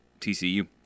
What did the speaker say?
TCU